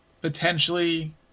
potentially